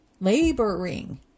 laboring